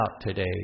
today